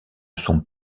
sont